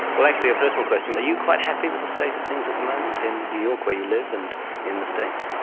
well actually, a personal question are you quite happy with the state of things at the moment in new york where you live, and in the states?